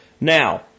Now